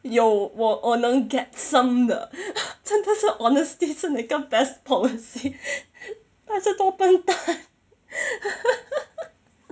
yo 我我能 get some 的 sometimes 是 honesty 是那个 best policy 他是多笨蛋